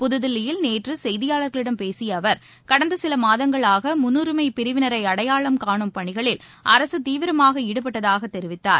புதுதில்லியில் நேற்றுசெய்தியாளர்களிடம் பேசியஅவர் கடந்தசிலமாதங்களாகமுன்னுரிமைபிரிவினரைஅடையாளம் பணிகளில் காணும் அரசுதீவிரமாகஈடுபட்டதாகதெரிவித்தார்